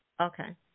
Okay